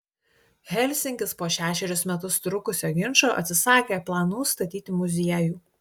helsinkis po šešerius metus trukusio ginčo atsisakė planų statyti muziejų